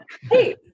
hey